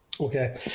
Okay